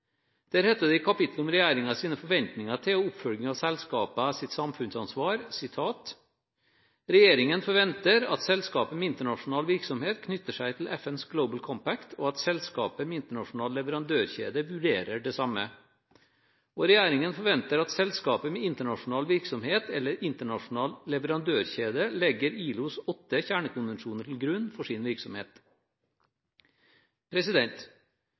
Der heter det i kapitlet om regjeringens forventninger til og oppfølging av selskapenes samfunnsansvar: Regjeringen forventer at: – «Selskaper med internasjonal virksomhet knytter seg til FNs Global Compact, og at selskaper med internasjonal leverandørkjede vurderer det samme.» – «Selskaper med internasjonal virksomhet eller internasjonal leverandørkjede legger ILOs åtte kjernekonvensjoner til grunn for sin